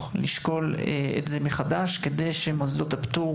לשקול את זה מחדש כדי שמוסדות הפטור,